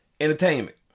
entertainment